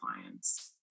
clients